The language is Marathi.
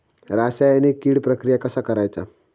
रासायनिक कीड प्रक्रिया कसा करायचा?